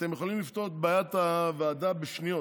אתם יכולים לפתור את בעיית הוועדה בשניות.